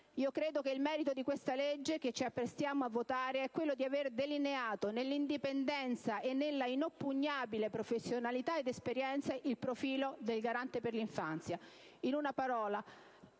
Credo che il merito di questa legge che ci apprestiamo a votare sia quello di aver delineato, nell'indipendenza e nell'inoppugnabile professionalità ed esperienza, il profilo del Garante italiano per l'infanzia: